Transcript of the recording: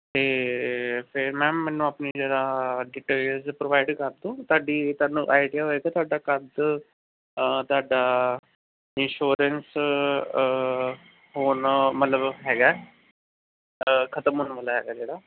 ਅਤੇ ਫਿਰ ਮੈਮ ਮੈਨੂੰ ਆਪਣੀ ਜਰਾ ਡਿਟੇਲਜ਼ ਪ੍ਰੋਵਾਈਡ ਕਰ ਦੋਗੇ ਤੁਹਾਡੀ ਤੁਹਾਨੂੰ ਆਈਡੀਆ ਹੋਵੇਗਾ ਤੁਹਾਡਾ ਕਦ ਤੁਹਾਡਾ ਇੰਸ਼ੋਰੈਂਸ ਹੁਣ ਮਤਲਬ ਹੈਗਾ ਅ ਖ਼ਤਮ ਹੋਣ ਵਾਲਾ ਹੈਗਾ